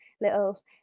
little